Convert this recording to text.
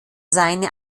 seinen